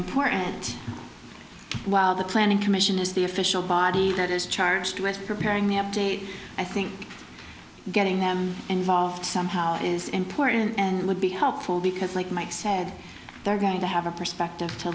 important while the planning commission is the official body that is charged with preparing the update i think getting them involved somehow is important and would be helpful because like mike said they're going to have a perspective to